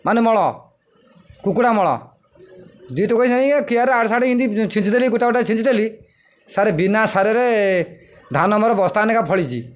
ମାନେ ମଳ କୁକୁଡ଼ା ମଳ ଦୁଇ ଟକୋଇ ନେଇ କିଆରୀରେ ଆଡ଼େ ସାଢ଼େ ଏମିତି ଛିଞ୍ଚଦେଲି ଗୋଟା ଗୋଟା ଛିଞ୍ଚଦେଲି ସାର୍ ବିନା ସାରରେ ଧାନ ମୋର ବସ୍ତାଏ ନାକେ ଫଳିଛି